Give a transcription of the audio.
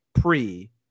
pre